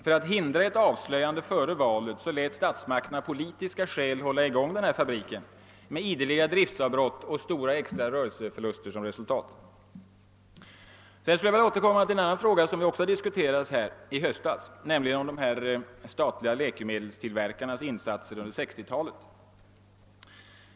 För att hindra ett avslöjande före valet lät statsmakterna av politiska skäl hålla i gång fabriken med ideliga driftsavbrott och stora extra rörelseförluster som resultat. Sedan vill jag också återkomma till en annan fråga som vi diskuterade här i höstas, nämligen de statliga läkemedelstillverkarnas insatser under 1960-talet.